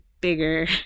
bigger